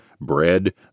bread